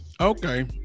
Okay